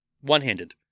One-handed